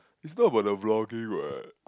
it's not about the vlogging what